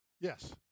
Yes